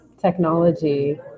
technology